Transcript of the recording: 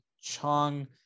chong